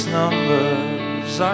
numbers